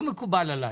לא מקובל עלי.